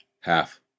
Half